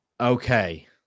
okay